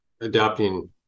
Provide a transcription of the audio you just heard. adapting